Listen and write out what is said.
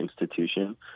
institution